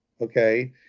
Okay